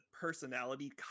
personality